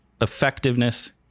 effectiveness